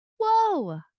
whoa